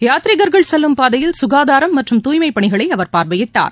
யாத்ரீகர்கள் சொல்லும் பாதையில் சுகாதாரம் மற்றும் தூய்மை பணிகளை அவர் பார்வையிட்டார்